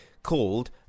called